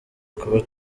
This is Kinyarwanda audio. kuba